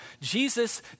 Jesus